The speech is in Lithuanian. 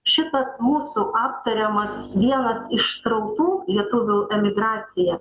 šitas mūsų aptariamas vienas iš srautų lietuvių emigracijos